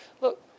Look